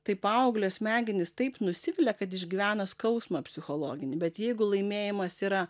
tai paauglio smegenys taip nusivilia kad išgyvena skausmą psichologinį bet jeigu laimėjimas yra